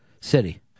city